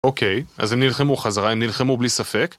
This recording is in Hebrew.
אוקיי, אז הם נלחמו חזרה, הם נלחמו בלי ספק?